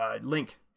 link